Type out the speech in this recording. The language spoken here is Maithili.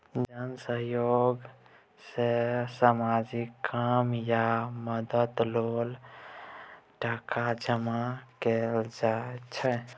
जन सहयोग सँ सामाजिक काम या मदतो लेल टका जमा कएल जाइ छै